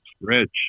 Rich